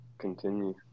continue